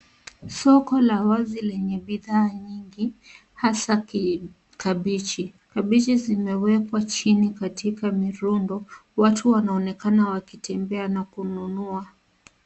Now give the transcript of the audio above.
Soko la wazi lenye bidhaa nyingi hasa kabeji. Kabeji zimewekwa chini katika mirundo. Watu wanaonekana wakitembea na kununua.